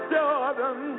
Jordan